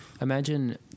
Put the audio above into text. imagine